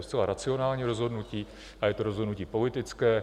Je to zcela racionální rozhodnutí a je to rozhodnutí politické.